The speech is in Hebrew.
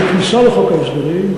בכניסה לחוק ההסדרים,